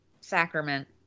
sacrament